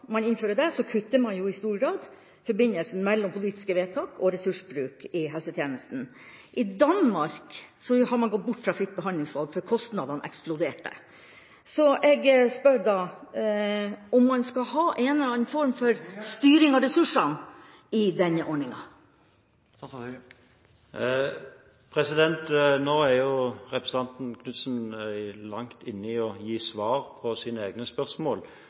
man innfører det, kutter man jo i stor grad forbindelsen mellom politiske vedtak og ressursbruk i helsetjenesten. I Danmark har man gått bort fra fritt behandlingsvalg fordi kostnadene eksploderte. Jeg spør da om man skal ha en eller annen form for styring av ressursbruken i denne ordninga. Nå er jo representanten Knutsen langt inne i å gi svar på sine egne spørsmål.